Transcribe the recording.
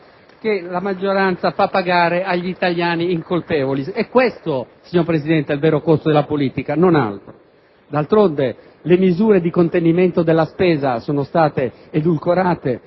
che la maggioranza fa pagare agli italiani incolpevoli. È questo, signor Presidente, il vero costo della politica e non altro! *(Applausi dal Gruppo FI)*. D'altra parte, le misure di contenimento della spesa sono state edulcorate